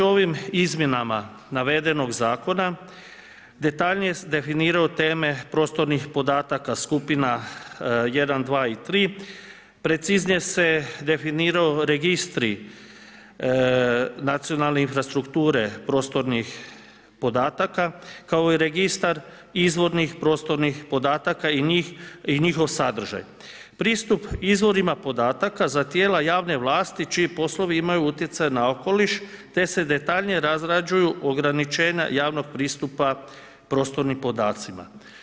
Ovim izmjenama navedenog zakona detaljnije definiraju teme prostornih podataka, skupina 1, 2 i 3, preciznije se definiraju registri nacionalne infrastrukture prostornih podataka, kao i registar izvornih prostornih podataka i njihov sadržaj, pristup izvorima podataka za tijela javne vlasti čiji poslovi imaju utjecaj na okoliš te se detaljnije razrađuju ograničenja javnog pristupa prostornim podacima.